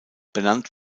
benannt